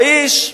האיש,